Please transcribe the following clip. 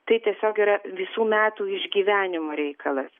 tai tiesiog yra visų metų išgyvenimo reikalas